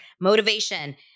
motivation